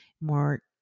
more